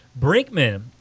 Brinkman